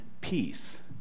peace